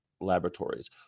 laboratories